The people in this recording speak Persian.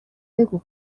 بگو